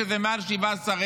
שזה מעל 17,000,